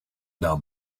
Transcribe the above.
down